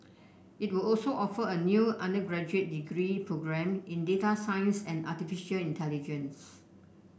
it will also offer a new undergraduate degree programme in data science and artificial intelligence